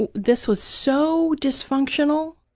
and this was so dysfunctional,